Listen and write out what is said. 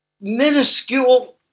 minuscule